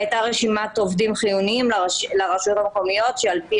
והייתה רשימת עובדים חיוניים לרשויות המקומיות שעל פי